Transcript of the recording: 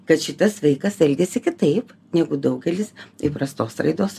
kad šitas vaikas elgiasi kitaip negu daugelis įprastos raidos